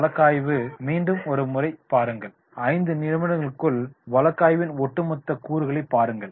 வழக்காய்வை மீண்டும் ஒரு முறை பாருங்கள் 5 நிமிடங்களுக்குள் வழக்காய்வின் ஒட்டுமொத்த கூறுகளைப் பாருங்கள்